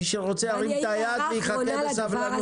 מי שרוצה, ירים את היד ויחכה בסבלנות.